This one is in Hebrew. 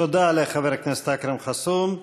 תודה לחבר הכנסת אכרם חסון.